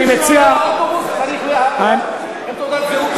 מי שעולה לאוטובוס עם תעודת זהות,